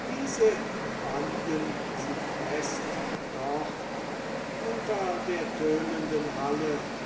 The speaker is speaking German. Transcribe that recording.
diese banden sie fest dort unter der tönenden halle